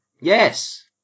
Yes